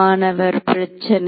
மாணவர் பிரச்சனை